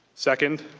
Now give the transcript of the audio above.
second,